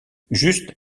juste